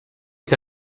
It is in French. est